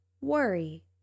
worry